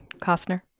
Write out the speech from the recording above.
Costner